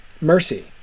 Mercy